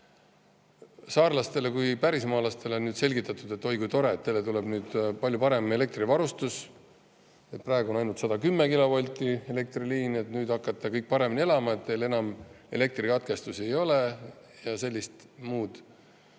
Saarlastele kui pärismaalastele on selgitatud: "Oi kui tore, teile tuleb nüüd palju parem elektrivarustus. Praegu on ainult 110-kilovoldine elektriliin, aga nüüd hakkate kõik paremini elama, enam teil elektrikatkestusi ei ole," ja muud